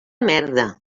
merda